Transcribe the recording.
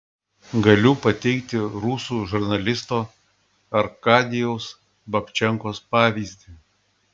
galiu pateikti rusų žurnalisto arkadijaus babčenkos pavyzdį